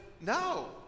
no